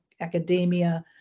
academia